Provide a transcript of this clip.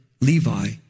Levi